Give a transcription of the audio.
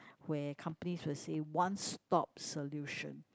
where companies will say one stop solution